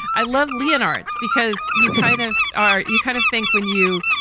i love leonardos because you kind of are you kind of think when you,